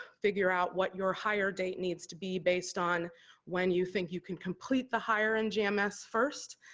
figure out what your hire date needs to be based on when you think you can complete the hire in gms first,